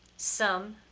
some,